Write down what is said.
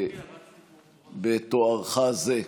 בתוארך זה,